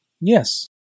Yes